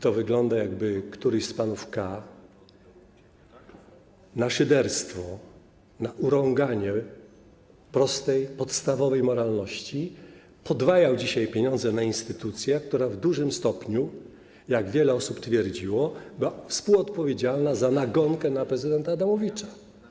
To wygląda, jakby któryś z panów K. szyderczo, urągając prostej, podstawowej moralności, podwajał dzisiaj pieniądze na instytucję, która w dużym stopniu, jak wiele osób twierdziło, była współodpowiedzialna za nagonkę na prezydenta Adamowicza.